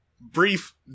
Brief